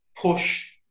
push